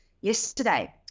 yesterday